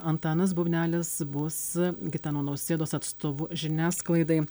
antanas bubnelis bus gitano nausėdos atstovu žiniasklaidai